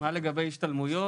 מה לגבי השתלמויות?